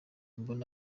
mbona